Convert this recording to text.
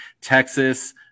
Texas